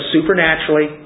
supernaturally